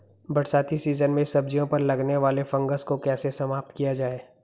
बरसाती सीजन में सब्जियों पर लगने वाले फंगस को कैसे समाप्त किया जाए?